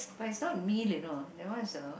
but is not meal you know that one is a